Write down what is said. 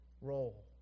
role